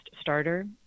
starter